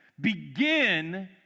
Begin